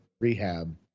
rehab